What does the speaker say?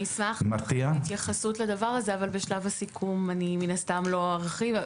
אשמח להתייחס לנושא הזה אבל בשלב הסיכום מן הסתם לא ארחיב.